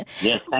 Yes